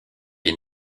est